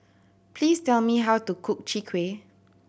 please tell me how to cook Chwee Kueh